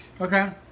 Okay